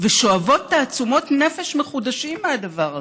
ושואבות תעצומות נפש מחודשות מהדבר הזה.